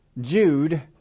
Jude